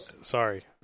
sorry